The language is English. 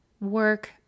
work